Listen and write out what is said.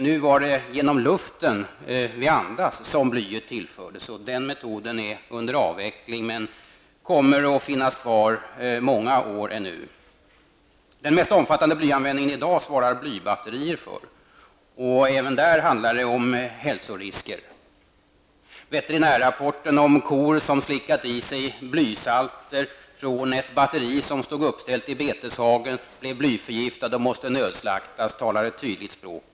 Nu var det genom den luft vi andas som blyet tillfördes. Den metoden är under avveckling, men den kommer att finnas kvar många år ännu. Den mest omfattande blyanvändningen svarar blybatterier för. Även där handlar det om hälsorisker. Veterinärrapporten om att kor som slickat i sig blysalter från ett batteri som stod uppställt i beteshagen blev blyförgiftade och måste nödslaktas talar ett tydligt språk.